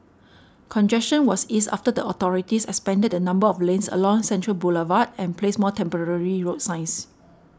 congestion was eased after the authorities expanded the number of lanes along Central Boulevard and placed more temporary road signs